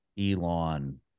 Elon